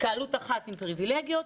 התקהלות אחת עם פריבילגיות,